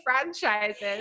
franchises